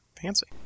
Fancy